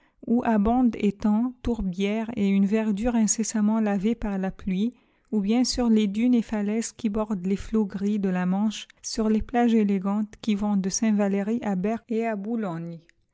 où abondent étangs tourbières et une verdure incessamment lavée par la pluie ou bien sur les dunes et falaises qui bordent les flots gris de la manche sur les plages élégantes qui vont de saint valery à berck et à boulogne